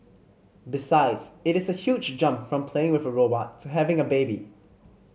besides it is a huge jump from playing with a robot to having a baby